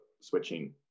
switching